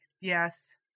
yes